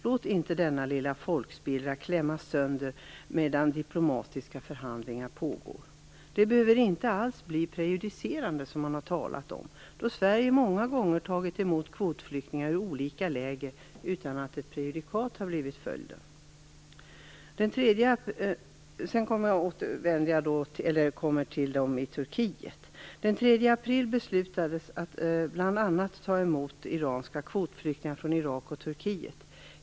Låt inte denna lilla folkspillra klämmas sönder medan diplomatiska förhandlingar pågår! Detta behöver inte alls, som man har talat om, bli prejudicerande. Sverige har många gånger tagit emot kvotflyktingar från olika läger utan att ett prejudikat har blivit följden. Nu skall jag tala litet om situationen i Turkiet. Den 3 april beslutades att ta emot bl.a. iranska kvotflyktingar från Irak och Turkiet.